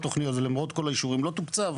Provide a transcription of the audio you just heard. התוכניות ולמרות כל האישורים לא תוקצב.